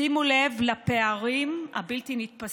שימו לב לפערים הבלתי-נתפסים: